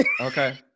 Okay